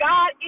God